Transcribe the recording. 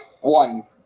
One